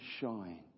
shine